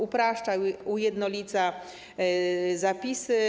Upraszcza, ujednolica zapisy.